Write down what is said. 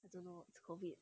I don't know it's COVID